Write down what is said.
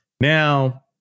now